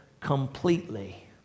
completely